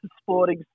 sporting